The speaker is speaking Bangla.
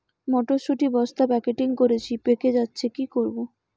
মটর শুটি বস্তা প্যাকেটিং করেছি পেকে যাচ্ছে কি করব?